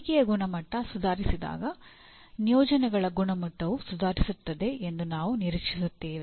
ಕಲಿಕೆಯ ಗುಣಮಟ್ಟ ಸುಧಾರಿಸಿದಾಗ ನಿಯೋಜನೆಗಳ ಗುಣಮಟ್ಟವೂ ಸುಧಾರಿಸುತ್ತದೆ ಎಂದು ನಾವು ನಿರೀಕ್ಷಿಸುತ್ತೇವೆ